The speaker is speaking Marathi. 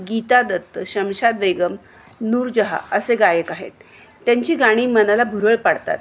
गीता दत्त शमशाद बेगम नूरजहां असे गायक आहेत त्यांची गाणी मनाला भुरळ पाडतात